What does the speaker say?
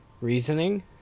reasoning